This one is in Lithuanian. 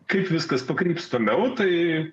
kaip viskas pakryps toliau tai